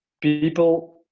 people